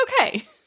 okay